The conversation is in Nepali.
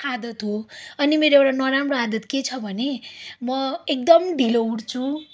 आदत हो अनि मेरो एउटा नराम्रो आदत के छ भने म एकदम ढिलो उठ्छु